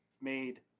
made